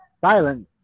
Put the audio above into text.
silence